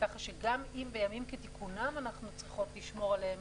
כך שגם אם בימים כתיקונם אנחנו צריכות לשמור עליהם